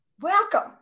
Welcome